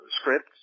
scripts